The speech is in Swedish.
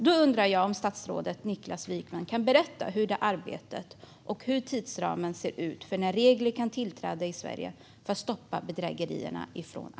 Då undrar jag om statsrådet Niklas Wykman kan berätta om detta arbete och hur tidsramen ser ut för när regler kan införas i Sverige för att stoppa bedrägerierna.